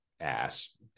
ass